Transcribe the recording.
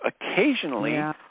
Occasionally